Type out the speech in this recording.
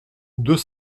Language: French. deux